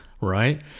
right